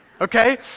Okay